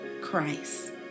Christ